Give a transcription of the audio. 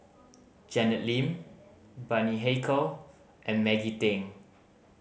Janet Lim Bani Haykal and Maggie Teng